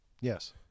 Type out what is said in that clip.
Yes